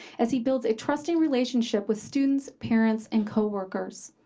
as he builds a trusting relationship with students, parents, and coworkers.